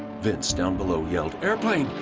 vince down below yelled, airplane,